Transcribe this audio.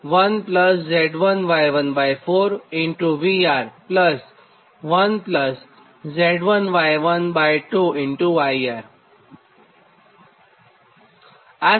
અને આ સમીકરણ 44 અને 45 છે